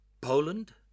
Poland